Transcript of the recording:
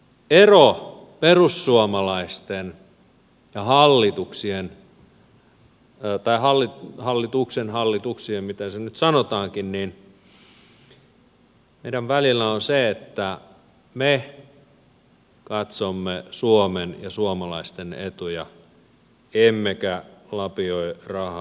ero perussuomalaisten ja hallituksen tai hallituksien miten se nyt sanotaankin välillä on se että me katsomme suomen ja suomalaisten etuja emmekä lapioi rahaa ulkomaille